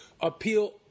appeal